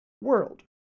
world